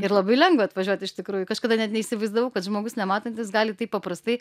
ir labai lengva atvažiuot iš tikrųjų kažkada net neįsivaizdavau kad žmogus nematantis gali taip paprastai